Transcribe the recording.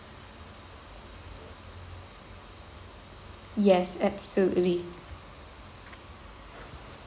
yes absolutely